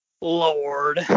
Lord